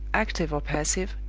active or passive,